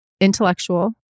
intellectual